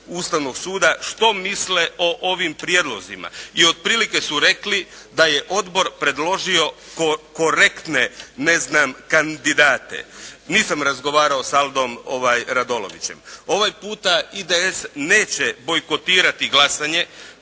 Ustavnog suda što misle o ovim prijedlozima i otprilike su rekli da je odbor predložio korektne ne znam kandidate. Nisam razgovarao s Aldom Radolovićem. Ovaj puta IDS neće bojkotirati glasanje